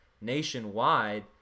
nationwide